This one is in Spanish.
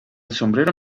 sombrero